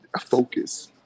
focus